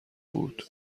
بود